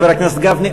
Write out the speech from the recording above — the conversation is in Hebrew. חבר הכנסת גפני,